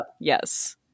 Yes